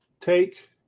take